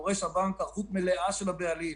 דורש הבנק ערבות מלאה של הבעלים.